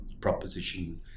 proposition